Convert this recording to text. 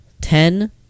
Ten